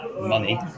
money